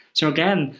so again,